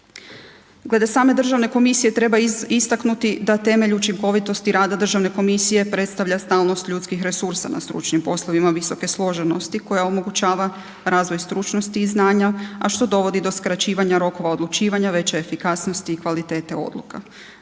Glede same državne komisije treba istaknuti da temelj učinkovitosti rada državne komisije predstavlja stalnost ljudskih resursa na stručnim poslovima visoke složenosti koja omogućava razvoj stručnosti i znanja, a što dovodi do skraćivanja rokova odlučivanja, veće efikasnosti i kvalitete odluka.